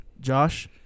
Josh